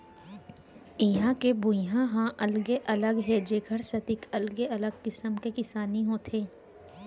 इहां के भुइंया ह अलगे अलगे हे जेखर सेती अलगे अलगे किसम के किसानी होथे